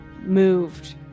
moved